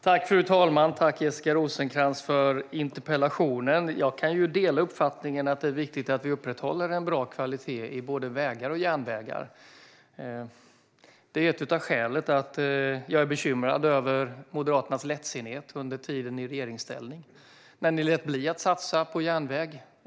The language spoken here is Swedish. Herr talman! Jag tackar Jessica Rosencrantz för interpellationen. Jag kan dela uppfattningen att det är viktigt att vi upprätthåller en bra kvalitet på både vägar och järnvägar. Det är ett av skälen till att jag är bekymrad över Moderaternas lättsinnighet under tiden i regeringsställning, när ni lät bli att satsa på järnväg.